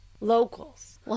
Locals